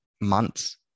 months